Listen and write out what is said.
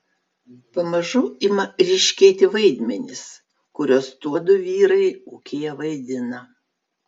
pamažu ima ryškėti vaidmenys kuriuos tuodu vyrai ūkyje vaidina